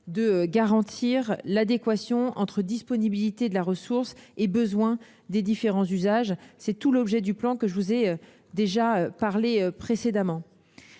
de garantir l'adéquation entre disponibilité de la ressource et besoins des différents usages. Tel est l'objet du plan que j'ai déjà évoqué.